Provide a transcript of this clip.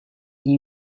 gli